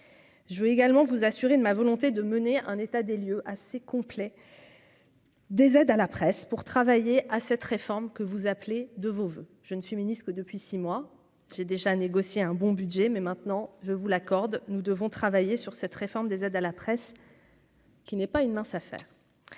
je veux également vous assurer de ma volonté de mener un état des lieux assez complet. Des aides à la presse pour travailler à cette réforme, que vous appelez de vos voeux, je ne suis ministre depuis 6 mois, j'ai déjà négocié un bon budget, mais maintenant, je vous l'accorde, nous devons travailler sur cette réforme des aides à la presse. Qui n'est pas une mince affaire